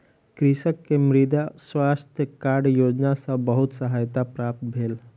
कृषक के मृदा स्वास्थ्य कार्ड योजना सॅ बहुत सहायता प्राप्त भेल